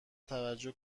توجه